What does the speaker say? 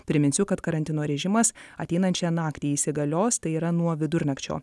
priminsiu kad karantino režimas ateinančią naktį įsigalios tai yra nuo vidurnakčio